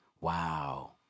Wow